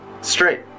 straight